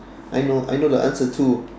I know I know the answer too